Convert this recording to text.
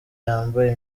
yambaye